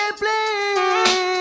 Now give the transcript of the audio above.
play